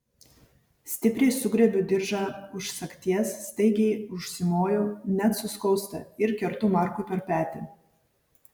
stipriai sugriebiu diržą už sagties staigiai užsimoju net suskausta ir kertu markui per petį